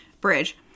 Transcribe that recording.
Bridge